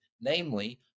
namely